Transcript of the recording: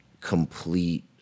complete